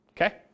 Okay